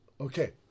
okay